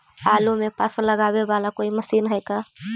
आलू मे पासा लगाबे बाला कोइ मशीन है का?